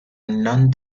non